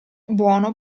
buono